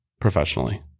professionally